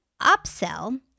upsell